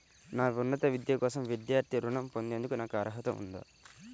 నా ఉన్నత విద్య కోసం విద్యార్థి రుణం పొందేందుకు నాకు అర్హత ఉందా?